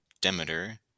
Demeter